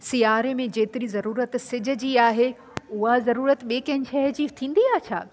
सियारे में जेतिरी ज़रूरत सिज जी आहे उहा ज़रूरत ॿिए कंहिं शइ जी थींदी आहे छा